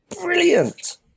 Brilliant